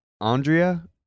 Andrea